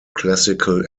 classical